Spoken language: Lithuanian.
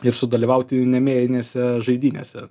ir sudalyvauti nemėjinėse žaidynėse